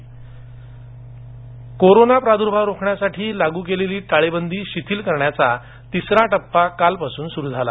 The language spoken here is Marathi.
टाळेबंदी शिथिल कोरोना प्रादुर्भाव रोखण्यासाठी लागू केलेली टाळेबंदी शिथिल करण्याचा तिसरा टप्पा कालपासून सुरू झाला